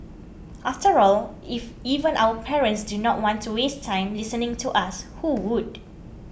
after all if even our parents do not want to waste time listening to us who would